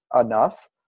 enough